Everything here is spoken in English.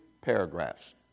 paragraphs